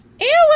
Ew